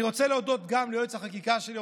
אני רוצה להודות גם ליועץ החקיקה שלי,